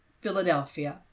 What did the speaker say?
Philadelphia